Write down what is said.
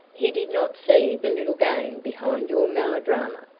he did not see the little game behind your melodrama.